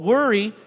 Worry